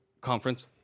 Conference